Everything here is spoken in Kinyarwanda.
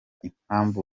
impamvu